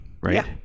Right